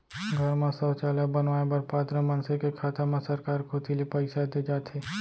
घर म सौचालय बनवाए बर पात्र मनसे के खाता म सरकार कोती ले पइसा दे जाथे